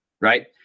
Right